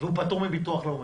והוא פטור מביטוח לאומי.